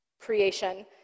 creation